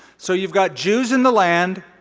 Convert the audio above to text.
so you've got jews in the land,